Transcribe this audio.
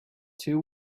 two